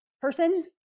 person